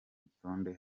rutonde